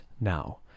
now